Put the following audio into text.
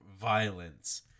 violence